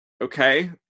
Okay